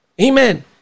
Amen